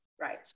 Right